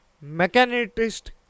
mechanist